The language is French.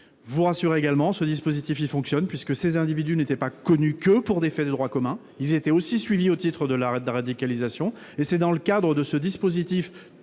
vous rassurer également ce dispositif fonctionne puisque ces individus n'était pas connue que pour des faits de droit commun, il était aussi suivi au titre de l'arrêt de la radicalisation et c'est dans le cadre de ce dispositif